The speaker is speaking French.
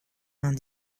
vingt